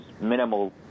minimal